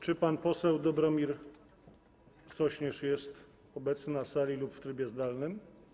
Czy pan poseł Dobromir Sośnierz jest obecny na sali lub w trybie zdalnym?